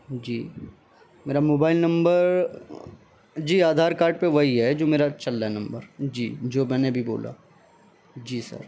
جی میرا mobile number جی Aadhaar card پہ وہی ہے جو میرا چل رہا ہے نمبر جی جو میں نے ابھی بولا جی سر